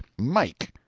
mike.